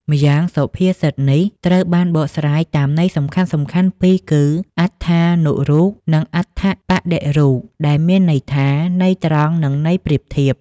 ម្យ៉ាងសុភាសិតនេះ ត្រូវបានបកស្រាយតាមន័យសំខាន់ៗពីរគឺ អត្ថានុរូប និង អត្ថប្បដិរូប ដែលមានន័យថា ន័យត្រង់និងន័យប្រៀបធៀប។